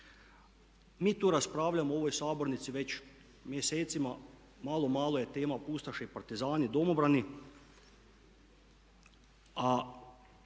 Mi tu raspravljamo u ovoj sabornici već mjesecima. Malo, malo je tema ustaše i partizani, domobrani a